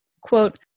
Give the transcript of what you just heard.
quote